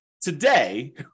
today